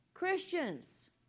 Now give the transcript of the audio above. Christians